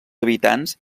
habitants